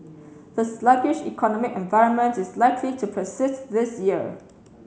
the sluggish economic environment is likely to persist this year